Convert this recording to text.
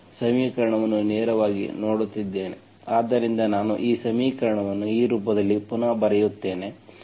ಸಮೀಕರಣವನ್ನು ನೇರವಾಗಿ ನೋಡುತ್ತಿದ್ದೇನೆ ಆದ್ದರಿಂದ ನಾನು ಈ ಸಮೀಕರಣವನ್ನು ಈ ರೂಪದಲ್ಲಿ ಪುನಃ ಬರೆಯುತ್ತೇನೆ